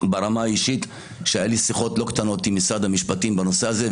ברמה האישית שהיו לי שיחות לא מעטות עם משרד המשפטים בנושא הזה,